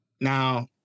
Now